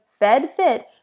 FEDFIT